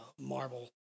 marble